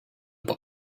boy